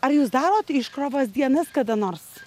ar jūs darot iškrovos dienas kada nors